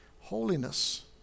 Holiness